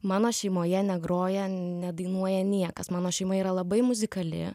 mano šeimoje negroja nedainuoja niekas mano šeima yra labai muzikali